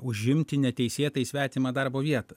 užimti neteisėtai svetimą darbo vietą